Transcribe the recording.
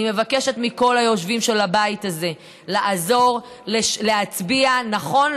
אני מבקשת מכל היושבים בבית הזה להצביע נכון,